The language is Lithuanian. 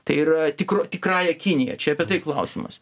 tai yra tikra tikrąja kinija čia apie tai klausimas